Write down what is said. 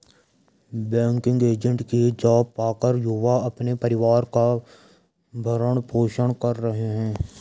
banking agent की job पाकर युवा अपने परिवार का भरण पोषण कर रहे है